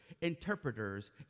interpreters